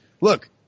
look